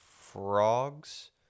frogs